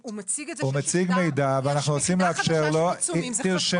הוא מציג שיש מכסה חדשה של עיצומים וזה חשוב ומבורך.